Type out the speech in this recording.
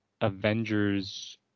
avengers